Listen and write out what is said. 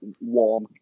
warm